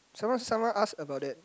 someone someone asked about that